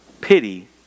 pity